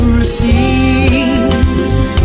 receive